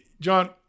John